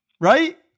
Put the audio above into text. right